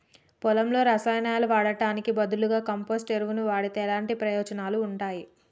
పొలంలో రసాయనాలు వాడటానికి బదులుగా కంపోస్ట్ ఎరువును వాడితే ఎలాంటి ప్రయోజనాలు ఉంటాయి?